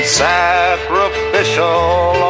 sacrificial